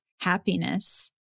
happiness